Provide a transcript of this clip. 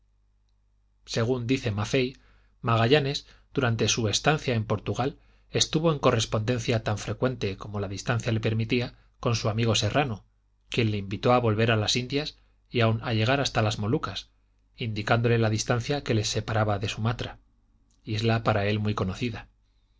según dice y magallanes durante su estancia en portugal estuvo en correspondencia tan frecuente como la distancia le permitía con su amigo serrano quien le invitó a volver a las indias y aun a llegar hasta las molucas indicándole la distancia que les separaba de sumatra isla para él muy conocida